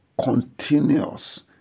continuous